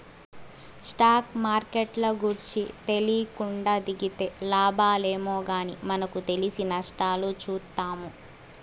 stock మార్కెట్ల గూర్చి తెలీకుండా దిగితే లాబాలేమో గానీ మనకు తెలిసి నష్టాలు చూత్తాము